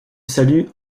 salut